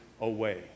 away